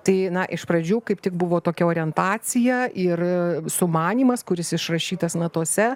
tai iš pradžių kaip tik buvo tokia orientacija ir sumanymas kuris išrašytas natose